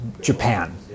Japan